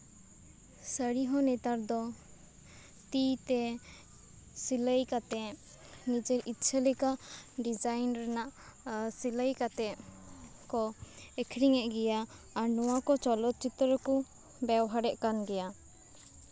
ᱥᱟᱹᱲᱤ ᱦᱚᱸ ᱱᱮᱛᱟᱨ ᱫᱚ ᱛᱤ ᱛᱮ ᱥᱤᱞᱟᱹᱭ ᱠᱟᱛᱮᱫ ᱱᱤᱡᱮᱨ ᱤᱪᱪᱷᱟᱹ ᱞᱮᱠᱟ ᱰᱤᱡᱟᱭᱤᱱ ᱨᱮᱱᱟᱜ ᱥᱤᱞᱟᱹᱭ ᱠᱟᱛᱮᱫ ᱠᱚ ᱟᱹᱠᱷᱨᱤᱧᱮᱫ ᱜᱮᱭᱟ ᱟᱨ ᱱᱚᱣᱟ ᱠᱚ ᱪᱚᱞᱚᱛ ᱪᱤᱛᱨᱚ ᱠᱚ ᱵᱮᱣᱦᱟᱨᱮᱫ ᱠᱟᱱ ᱜᱮᱭᱟ